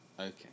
Okay